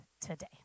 today